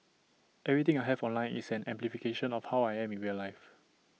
everything I have online is an amplification of how I am in real life